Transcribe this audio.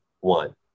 One